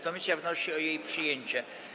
Komisja wnosi o jej przyjęcie.